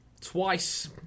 twice